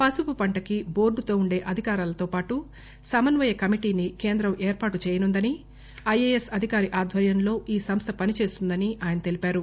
పసుపు పంటకి బోర్టుతో ఉండే అధికారాలతోపాటు సమన్వయ కమిటీని కేంద్రం ఏర్పాటు చేయనుందని ఐఏఎస్ అధికారి ఆధ్వర్యంలో ఈ సంస్థ పనిచేస్తుందని ఆయన తెలిపారు